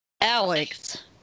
Alex